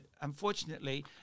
unfortunately